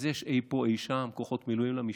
אז יש אי פה אי שם כוחות מילואים למשטרה,